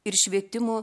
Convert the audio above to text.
ir švietimo